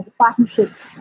partnerships